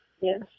Yes